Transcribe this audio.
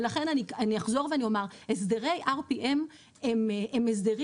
ולכן אני אחזור ואני אומר הסדרי RPM הם הסדרים